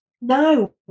No